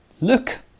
Look